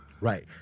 Right